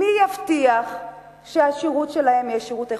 מי יבטיח שהשירות שלהם יהיה שירות איכותי,